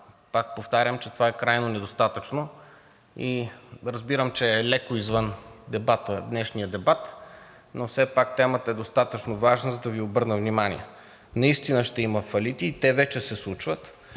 пак повтарям, че това е крайно недостатъчно. Разбирам, че е леко извън днешния дебат, но все пак темата е достатъчно важна, за да Ви обърна внимание. Наистина ще има фалити и те вече се случват,